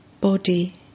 body